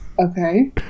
Okay